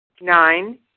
Nine